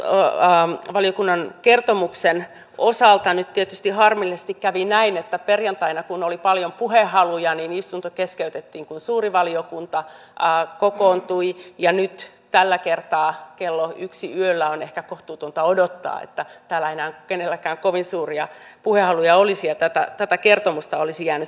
tämän tarkastusvaliokunnan kertomuksen osalta nyt tietysti harmillisesti kävi näin että perjantaina kun oli paljon puhehaluja istunto keskeytettiin kun suuri valiokunta kokoontui ja nyt tällä kertaa kello yksi yöllä on ehkä kohtuutonta odottaa että täällä enää kenelläkään kovin suuria puhehaluja olisi niin että tätä kertomusta olisi jäänyt päivystämään